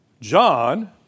John